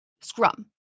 scrum